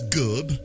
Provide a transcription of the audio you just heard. good